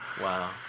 Wow